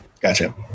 Gotcha